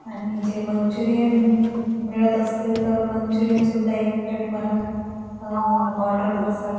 आणि जे मंच्युरियन मिळत असतील तर मंच्युरियन सुद्धा एक प्लेट मला ऑर्डर कराल